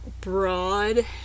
broad